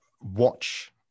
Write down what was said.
watch